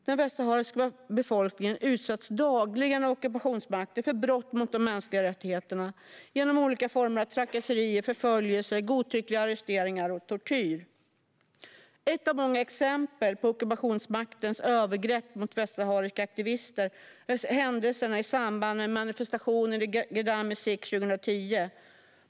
Den västsahariska befolkningen utsätts dagligen av ockupationsmakten för brott mot de mänskliga rättigheterna genom olika former av trakasserier, förföljelser, godtyckliga arresteringar och tortyr. Ett av många exempel på ockupationsmaktens övergrepp mot västsahariska aktivister är händelserna i samband med manifestationen i Gdeim Izik 2010.